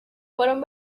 fueron